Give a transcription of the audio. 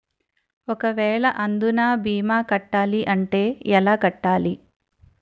ఒక వేల అందునా భీమా కట్టాలి అంటే ఎలా కట్టాలి?